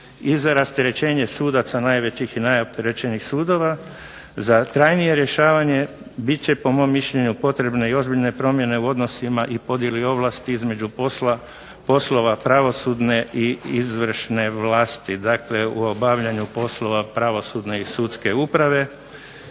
i za rasterećenje sudaca najvećih i najopterećenijih sudova. Za trajnije rješavanje bit će po mom mišljenju potrebne i ozbiljne promjene u odnosima i podjeli ovlasti između poslova pravosudne i izvršne vlasti. Dakle, u obavljanju poslova pravosudne i sudske uprave.